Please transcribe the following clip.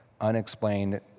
unexplained